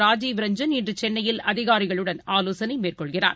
ராஜீவ் ரஞ்சன் இன்றுசென்னையில் அதிகாரிகளுடன் ஆலோசனைமேற்கொள்கிறார்